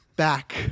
Back